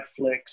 Netflix